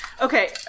Okay